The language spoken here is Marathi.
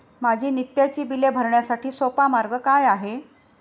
माझी नित्याची बिले भरण्यासाठी सोपा मार्ग काय आहे?